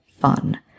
fun